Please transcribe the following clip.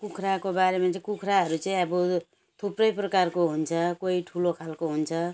कुखुराको बारेमा चाहिँ कुखुराहरू चाहिँ अब थुप्रै प्रकारको हुन्छ कोही ठुलो खाले हुन्छ